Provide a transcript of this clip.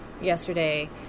yesterday